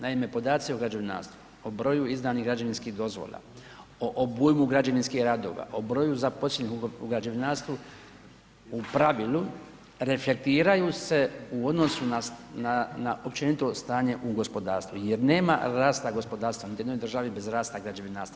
Naime, podaci u građevinarstvu, po broju izdanih građevinskih dozvola, o obujmu građevinskih radova, o broju zaposlenih u građevinarstvu u pravilu reflektiraju se u odnosu na općenito stanje u gospodarstvu jer nema rasta gospodarstva niti u jednoj državi bez rasta građevinarstva.